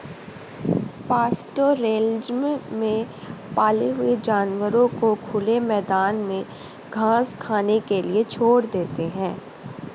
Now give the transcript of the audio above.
pastoralism में पाले हुए जानवरों को खुले मैदान में घास खाने के लिए छोड़ देते है